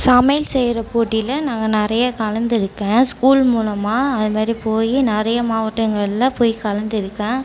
சமையல் செய்கிற போட்டியில் நாங்கள் நிறையா கலந்துயிருக்கேன் ஸ்கூல் மூலமாக அதுமாதிரி போய் நிறைய மாவட்டங்களில் போய் கலந்துயிருக்கேன்